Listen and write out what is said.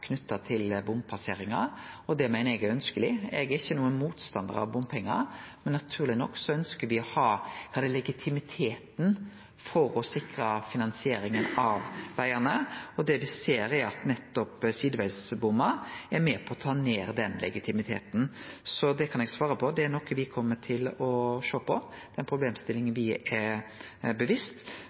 knytt til bompasseringar. Det meiner eg er ønskjeleg. Eg er ikkje nokon motstandar av bompengar, men naturleg nok ønskjer me å ha den legitimiteten for å sikre finansieringa av vegane, og det me ser, er at sidevegsbommar er med på å ta ned den legitimiteten. Det er noko me kjem til å sjå på, det er ei problemstilling me er bevisste på.